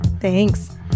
Thanks